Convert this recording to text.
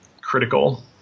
critical